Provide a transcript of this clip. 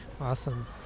awesome